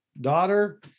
daughter